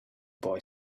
boy